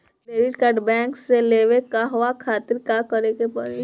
Credit card bank से लेवे कहवा खातिर का करे के पड़ी?